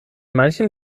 manchen